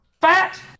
Fat